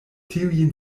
tiujn